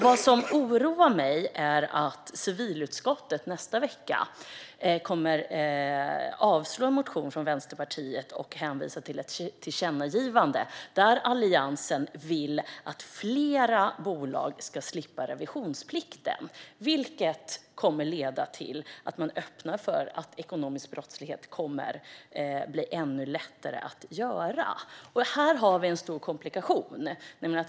Vad som oroar mig är att civilutskottet nästa vecka kommer att avslå en motion från Vänsterpartiet och hänvisa till ett tillkännagivande där Alliansen vill att fler bolag ska slippa revisionsplikten, vilket kommer att leda till att man öppnar för att det kommer att bli ännu lättare att ägna sig åt ekonomisk brottslighet. Här har vi en stor komplikation.